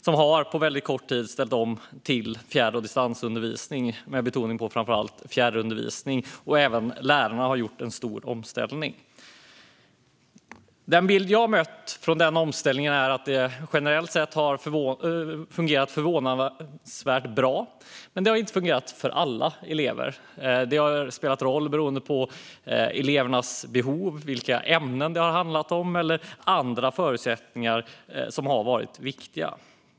De har på kort tid ställt om till fjärr och distansundervisning, med betoning på framför allt fjärrundervisning. Även lärarna har gjort en stor omställning. Den bild jag har mött från denna omställning är att det generellt sett har fungerat förvånansvärt bra, men det har inte fungerat för alla elever. Elevernas behov, ämnen eller andra förutsättningar har spelat en roll.